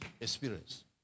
experience